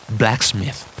blacksmith